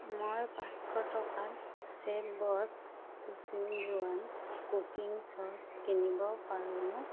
মই পাঁচশ টকাত চেফবছ শ্বেজৱান কুকিং চচ কিনিব পাৰোঁনে